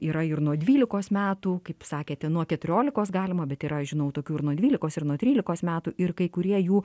yra ir nuo dvylikos metų kaip sakėte nuo keturiolikos galima bet yra aš žinau tokių ir nuo dvylikos ir nuo trylikos metų ir kai kurie jų